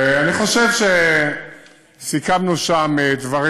ואני חושב שסיכמנו שם דברים,